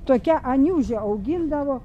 tokia aniūžė augindavo